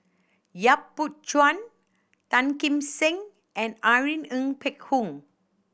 Yap Boon Chuan Tan Kim Seng and Irene Ng Phek Hoong